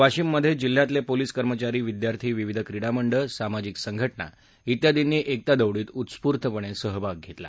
वाशिममधे जिल्ह्यातले पोलीस कर्मचारी विद्यार्थी विविध क्रीडा मंडळ सामाजिक संघटना त्यादींनी एकता दौडीत उत्स्फूर्तपणे सहभाग घेतला